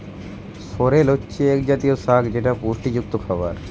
সরেল হচ্ছে এক জাতীয় শাক যেটা পুষ্টিযুক্ত খাবার